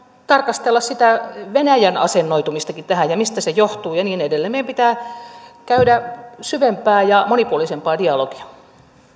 tarkastella sitä venäjän asennoitumistakin tähän ja sitä mistä se johtuu ja niin edelleen meidän pitää käydä syvempää ja monipuolisempaa dialogia